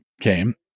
came